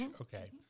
Okay